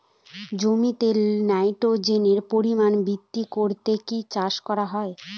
জমিতে নাইট্রোজেনের পরিমাণ বৃদ্ধি করতে কি চাষ করা হয়?